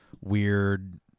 weird